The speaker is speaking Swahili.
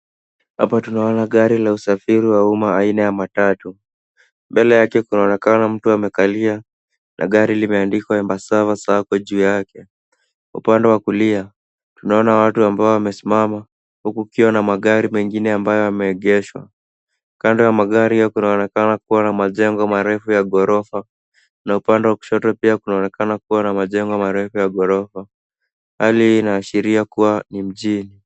Hapa tunaona gari la usafiri wa umma aina ya matatu. Mbele yake kunaonekana mtu amekalia na gari limeandikwa Embassava Sacco juu yake. Upande wa kulia, tunaona watu ambao wamesimama, huku kukiwa na magari mengine ambayo yameegeshwa. Kando ya magari kunaonekana kuwa na majengo marefu ya ghorofa na upande wa kushoto pia kunaonekana kuwa na majengo marefu ya ghorofa. Hali hii inaashiria kuwa ni mjini.